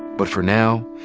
but for now,